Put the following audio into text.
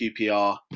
QPR